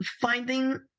finding